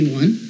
one